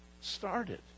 started